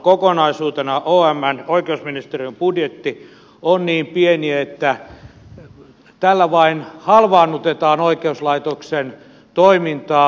kokonaisuutena omn oikeusministeriön budjetti on niin pieni että tällä vain halvaannutetaan oikeuslaitoksen toimintaa